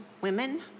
women